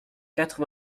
quatre